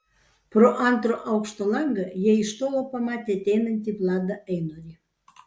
pro antro aukšto langą jie iš tolo pamatė ateinantį vladą einorį